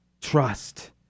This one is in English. trust